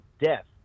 death